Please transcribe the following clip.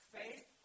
faith